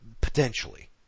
potentially